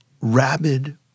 rabid—